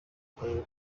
karere